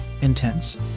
intense